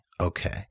Okay